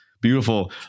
beautiful